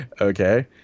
okay